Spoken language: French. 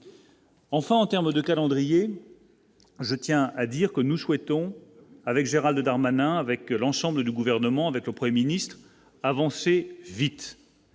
Enfin, en termes de calendrier, je tiens à dire que nous souhaitons avec Gérald Darmanin avec l'ensemble du gouvernement avec le 1er ministre avancer vite.